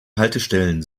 haltestellen